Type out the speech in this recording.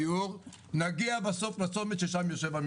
דיור ציבורי חשוב לי לא פחות מאשר לך,